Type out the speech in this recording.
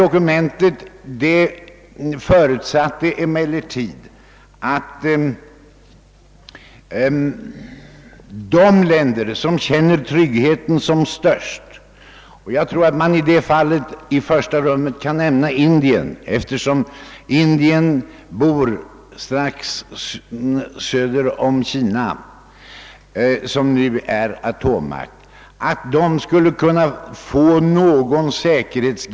Dokumentet förutsätter emellertid i realiteten att de länder som är mest utsatta, har det starkaste trygghetsbehovet, skulle kunna få någon säkerhetsgaranti mot ett eventuellt atomvapenhot från den atommakt eller de atommakter som inte undertecknar avtalet.